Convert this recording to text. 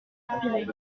respirer